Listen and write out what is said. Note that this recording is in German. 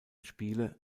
spiele